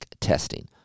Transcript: Testing